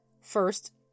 First